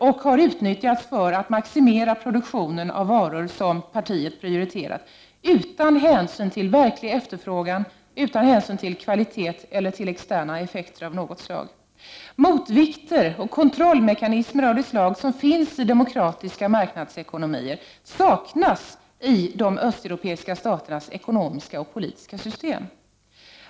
De har utnyttjats för att maximera produktionen av varor som partiet prioriterat, utan hänsyn till verklig efterfrågan, till kvalitet eller till externa effekter av något slag. Motvikter och kontrollmekanismer av det slag som finns i demokratiska marknadsekonomier saknas i de östeuropeiska staternas ekonomiska och politiska system.